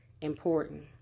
important